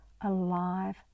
alive